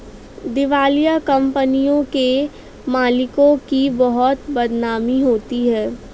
दिवालिया कंपनियों के मालिकों की बहुत बदनामी होती है